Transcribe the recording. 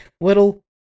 little